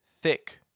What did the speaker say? thick